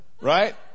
Right